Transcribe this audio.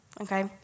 Okay